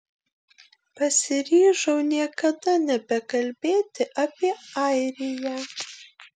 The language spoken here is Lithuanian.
pasiryžau niekada nebekalbėti apie airiją